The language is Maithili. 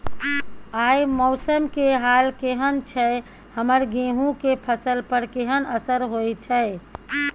आय मौसम के हाल केहन छै हमर गेहूं के फसल पर केहन असर होय छै?